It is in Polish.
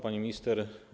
Pani Minister!